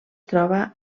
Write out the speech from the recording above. troba